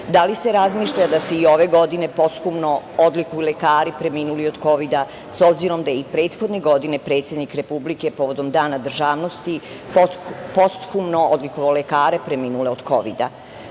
da li se razmišlja da se i ove godine posthumno odlikuju lekari preminuli od kovida, s obzirom da je i prethodne godine predsednik Republike povodom Dana državnosti posthumno odlikovao lekare preminule od